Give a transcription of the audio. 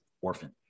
orphan